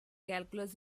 calculus